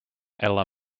ella